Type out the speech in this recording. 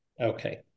Okay